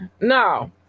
No